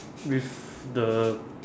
with the